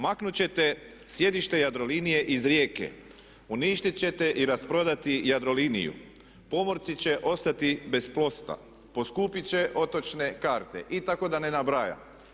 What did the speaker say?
Maknut ćete sjedište Jadrolinije iz Rijeke, uništiti će te i rasprodati Jadroliniju, pomorci će ostati bez posla, poskupit će otočne karte i tako da ne nabrajam.